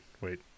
Wait